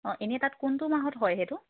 অঁ এনেই তাত কোনটো মাহত হয় সেইটো